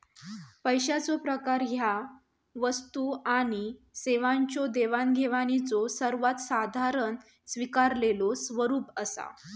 पैशाचो प्रकार ह्या वस्तू आणि सेवांच्यो देवाणघेवाणीचो सर्वात साधारण स्वीकारलेलो स्वरूप असा